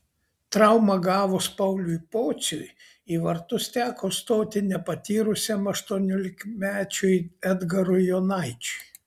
traumą gavus pauliui pociui į vartus teko stoti nepatyrusiam aštuoniolikmečiui edgarui jonaičiui